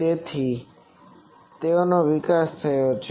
તેથી તેઓનો વિકાસ થયો છે